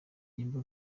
yemba